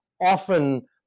often